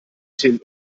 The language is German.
till